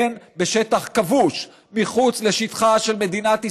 הן בשטח כבוש, מחוץ לשטחה של מדינת ישראל.